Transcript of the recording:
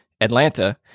Atlanta